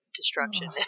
destruction